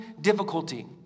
difficulty